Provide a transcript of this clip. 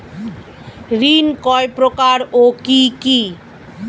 ঋণ কয় প্রকার ও কি কি?